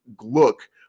look